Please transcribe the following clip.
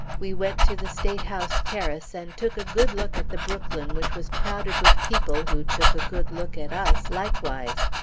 we went to the state house terrace, and took a good look at the brooklyn which was crowded with people who took a good look at us, likewise.